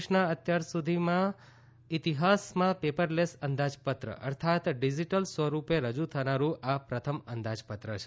દેશનાં અત્યારસુધીનાં ઈતિહાસમાં પેપરલેસ અંદાજપત્ર અર્થાત ડિજીટલ સ્વરૂપે રજૂ થનાડું આ પ્રથમ અંદાજપત્ર છે